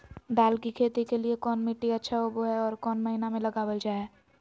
दाल की खेती के लिए कौन मिट्टी अच्छा होबो हाय और कौन महीना में लगाबल जा हाय?